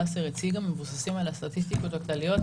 וסר הציגה מבוססים על הסטטיסטיקות הכלליות.